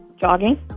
Jogging